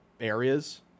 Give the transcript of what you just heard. areas